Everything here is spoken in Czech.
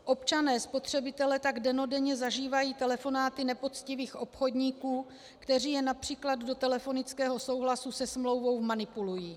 Občané spotřebitelé tak dennodenně zažívají telefonáty nepoctivých obchodníků, kteří je např. do telefonického souhlasu se smlouvu manipulují.